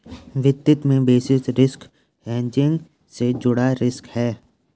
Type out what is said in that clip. वित्त में basis risk hedging से जुड़ा रिस्क है